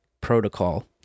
protocol